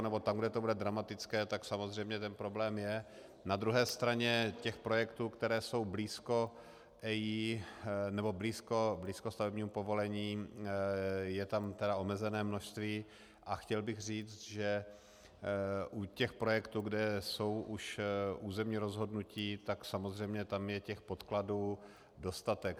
Nebo tam, kde to bude dramatické, tak samozřejmě ten problém je, na druhé straně těch projektů, které jsou blízko EIA nebo blízko stavebnímu povolení, je tam tedy omezené množství, a chtěl bych říct, že u těch projektů, kde jsou už územní rozhodnutí, tak samozřejmě tam je těch podkladů dostatek.